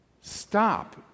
Stop